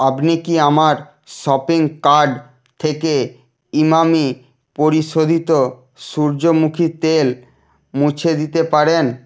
আপনি কি আমার শপিং কার্ট থেকে ইমামি পরিশোধিত সূর্যমুখী তেল মুছে দিতে পারেন